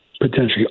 potentially